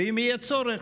ואם יהיה צורך,